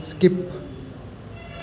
skip